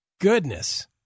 Goodness